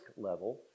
level